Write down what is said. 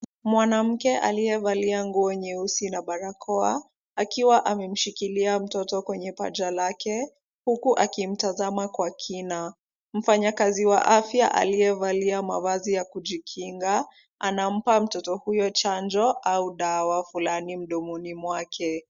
Mwanamke aliyevalia nguo nyeusi na barakoa, akiwa amemshikilia mtoto kwenye paja lake, huku akimtazama kwa kina. Mfanyakazi wa afya aliyevalia mavazi ya kujikinga, anampa mtoto huyo chanjo au dawa fulani mdomoni mwake.